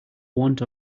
want